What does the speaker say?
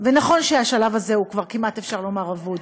ונכון שהשלב הזה הוא כבר כמעט, אפשר לומר, אבוד.